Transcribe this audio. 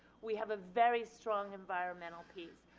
we have a very strong environmental piece.